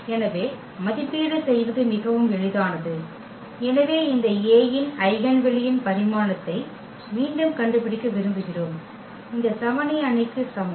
எனவே மதிப்பீடு செய்வது மிகவும் எளிதானது எனவே இந்த A இன் ஐகென் வெளியின் பரிமாணத்தை மீண்டும் கண்டுபிடிக்க விரும்புகிறோம் இந்த சமனி அணிக்கு சமம்